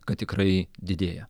kad tikrai didėja